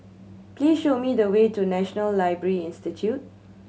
please show me the way to National Library Institute